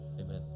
amen